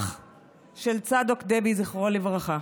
אח של צדוק דבי, זיכרונו לברכה.